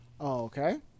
Okay